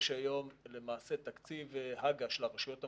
יש היום תקציב הג"א של הרשויות המקומיות,